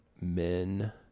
men